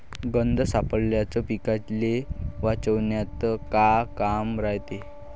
गंध सापळ्याचं पीकाले वाचवन्यात का काम रायते?